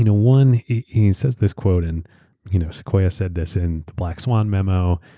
you know one, he he says this quote, and you know sequoia said this in the black swan memo,